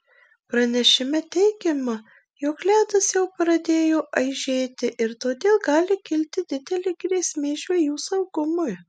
pranešime teigiama jog ledas jau pradėjo aižėti ir todėl gali kilti didelė grėsmė žvejų saugumui